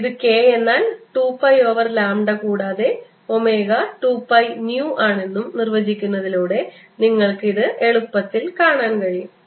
ഇത് k എന്നാൽ 2 pi over lambda കൂടാതെ ഒമേഗ 2 പൈ 𝜈 ആണെന്നും നിർവചിക്കുന്നതിലൂടെ നിങ്ങൾക്ക് ഇത് എളുപ്പത്തിൽ കാണാൻ കഴിയും